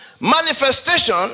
Manifestation